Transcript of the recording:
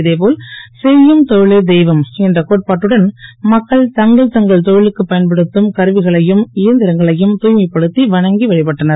இதேபோல் செ யும் தொ லே தெ வம் என்ற கோட்பாட்டுடன் மக்கள் தங்கள் தொ லுக்கு பயன்படுத்தும் கருவிகளையும் இயந் ரங்களையும் தூ மைப்படுத் வணங்கி வ பட்டனர்